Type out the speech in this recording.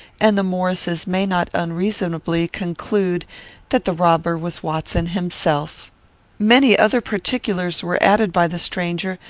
and the maurices may not unreasonably conclude that the robber was watson himself many other particulars were added by the stranger,